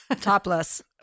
Topless